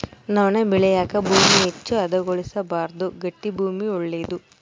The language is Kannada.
ನವಣೆ ಬೆಳೆಯಾಕ ಭೂಮಿ ಹೆಚ್ಚು ಹದಗೊಳಿಸಬಾರ್ದು ಗಟ್ಟಿ ಭೂಮಿ ಒಳ್ಳೇದು